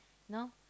know